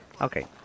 Okay